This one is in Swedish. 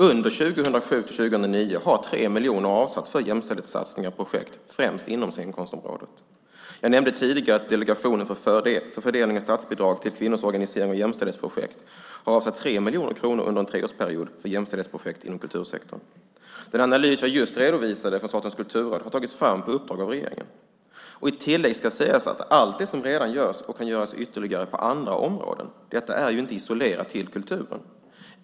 Under 2007 till 2009 har 3 miljoner avsatts för jämställdhetssatsningar och projekt främst inom scenkonstområdet. Jag nämnde tidigare att Delegationen för fördelning av statsbidrag för kvinnors organisering och jämställdhetsprojekt har avsatt 3 miljoner kronor under en treårsperiod för jämställdhetsprojekt inom kultursektorn. Den analys jag just redovisade från Statens kulturråd har tagits fram på uppdrag av regeringen. I tillägg ska sägas att allt det som redan görs kan göras ytterligare på andra områden. Detta är inte isolerat till kulturen.